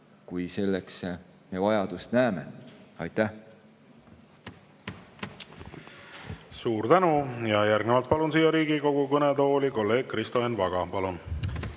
kui selleks vajadust näeme. Aitäh! Suur tänu! Järgnevalt palun siia Riigikogu kõnetooli kolleeg Kristo Enn Vaga. Palun!